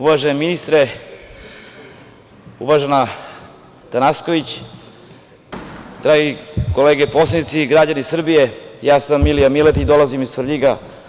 Uvaženi ministre, uvažena gospođo Tanasković, drage kolege poslanici, građani Srbije, ja sam Milija Miletić, dolazim iz Svrljiga.